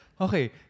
Okay